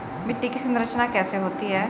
मिट्टी की संरचना कैसे होती है?